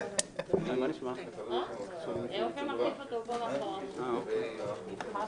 אופיר, תגמור את הרוויזיה.